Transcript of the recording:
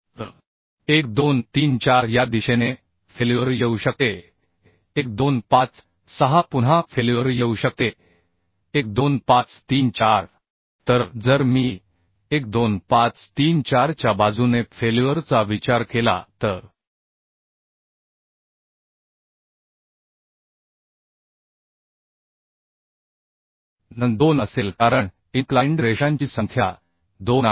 तर 1 2 3 4 या दिशेने फेल्युअर येऊ शकते 1 2 5 6 पुन्हा फेल्युअर येऊ शकते 1 2 5 3 4 तर जर मी 1 2 5 3 4 च्या बाजूने फेल्युअर चा विचार केला तर n 2 असेल कारण इन्क्लाइन्ड रेषांची संख्या 2 आहे